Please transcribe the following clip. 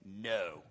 No